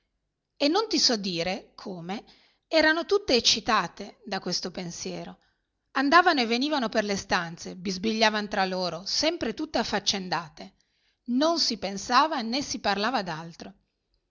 e non ti so dire come erano tutte eccitate da questo pensiero andavano e venivano per le stanze bisbigliavan tra loro sempre tutte affaccendate non si pensava né si parlava